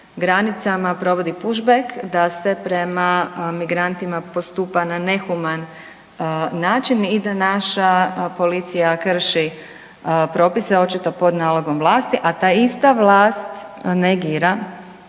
granicama provodi push back, da se prema migrantima postupa na nehuman način i da naša policija krši propise očito pod nalogom vlasti, a ta ista vlast negira